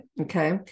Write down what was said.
Okay